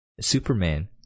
Superman